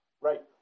right